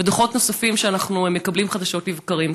ודוחות נוספים שאנחנו מקבלים חדשות לבקרים.